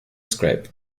scrape